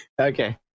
okay